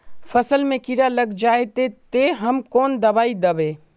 फसल में कीड़ा लग जाए ते, ते हम कौन दबाई दबे?